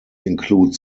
include